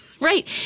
Right